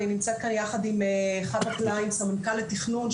אני נמצאת כאן יחד עם חוה קליין סמנכ"ל התכנון,